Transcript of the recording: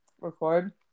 record